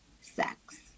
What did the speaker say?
sex